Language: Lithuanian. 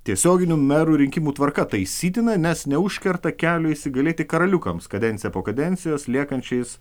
tiesioginių merų rinkimų tvarka taisytina nes neužkerta kelio įsigalėti karaliukams kadenciją po kadencijos liekančiais